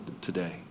today